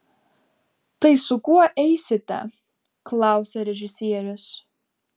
tai su kuo eisite klausia režisierius